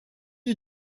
are